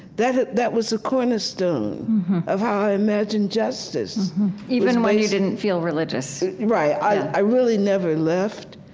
that that was the cornerstone of how i imagined justice even when you didn't feel religious right, i really never left.